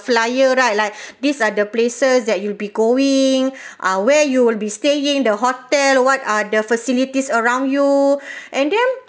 flyer right like these are the places that you'll be going ah where you will be staying the hotel what are the facilities around you and then